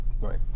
right